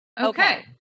okay